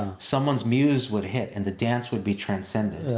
someone's muse would hit and the dance would be transcended,